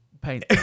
paint